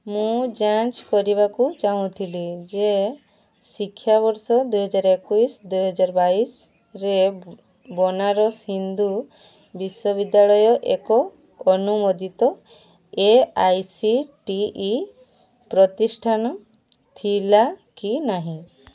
ମୁଁ ଯାଞ୍ଚ କରିବାକୁ ଚାହୁଁଥିଲି ଯେ ଶିକ୍ଷାବର୍ଷ ଦୁଇହଜାର ଏକୋଇଶ ଦୁଇହଜାର ବାଇଶରେ ବ ବନାରସ ହିନ୍ଦୁ ବିଶ୍ୱବିଦ୍ୟାଳୟ ଏକ ଅନୁମୋଦିତ A I C T E ପ୍ରତିଷ୍ଠାନ ଥିଲା କି ନାହିଁ